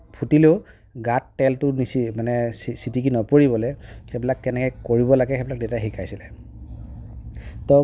ফুটিলেও গাত তেলটো মানে ছিটিকি নপৰিবলৈ সেইবিলাক কেনেকে কৰিব লাগে সেইবিলাক দেউতাই শিকাইছিলে